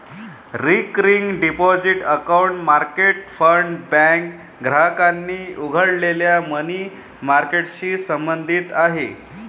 recurring deposit account market fund bank ग्राहकांनी उघडलेल्या money मार्केटशी संबंधित आहे